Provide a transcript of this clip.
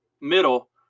middle